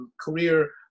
career